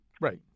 Right